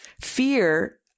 fear